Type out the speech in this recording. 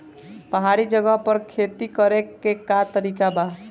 पहाड़ी जगह पर खेती करे के का तरीका बा?